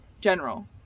General